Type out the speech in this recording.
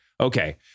Okay